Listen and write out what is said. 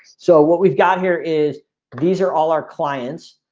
so what we've got here. is these are all our clients